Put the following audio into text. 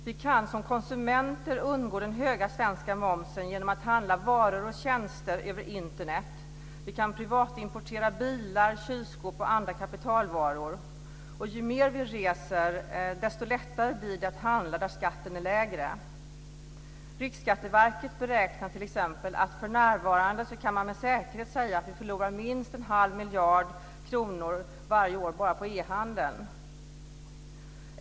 Vi kan som konsumenter undgå den höga svenska momsen genom att handla varor och tjänster över Internet. Vi kan privatimportera bilar, kylskåp och andra kapitalvaror. Ju mer vi reser, desto lättare blir det att handla där skatten är lägre. Riksskatteverket beräknar t.ex. att man för närvarande med säkerhet kan säga att vi förlorar minst en halv miljard kronor varje år bara på e-handeln.